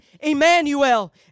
Emmanuel